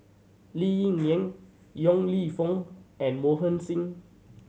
Lee Ling Yen Yong Lew Foong and Mohan Singh